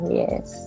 yes